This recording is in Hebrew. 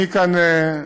מי כאן, כן,